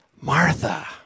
Martha